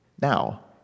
Now